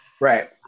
right